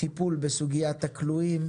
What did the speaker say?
טיפול בסוגיית הכלואים,